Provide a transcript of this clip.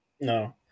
No